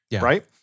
right